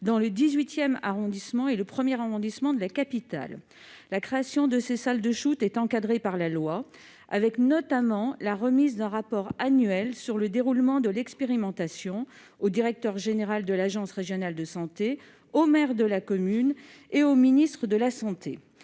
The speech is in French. dans les Iet XVIIIarrondissements de la capitale. La création de ces salles de shoot est encadrée par la loi, qui prévoit notamment la remise d'un rapport annuel sur le déroulement de l'expérimentation au directeur général de l'agence régionale de santé, au maire de la commune et au ministre de la santé.